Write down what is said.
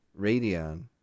Radeon